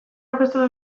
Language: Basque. aurkeztuko